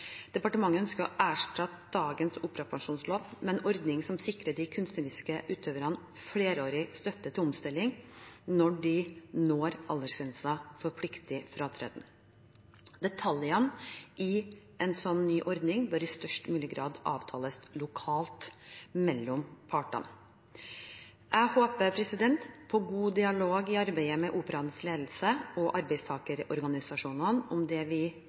Departementet ønsker å erstatte dagens operapensjonslov med en ordning som sikrer de kunstneriske utøverne flerårig støtte til omstilling når de når aldersgrensen for pliktig fratreden. Detaljene i en slik ny ordning bør i størst mulig grad avtales lokalt mellom partene. Jeg håper på god dialog i arbeidet med Operaens ledelse og arbeidstakerorganisasjonene om det vi